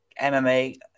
MMA